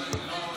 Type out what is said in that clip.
הוועדות לא סיימו.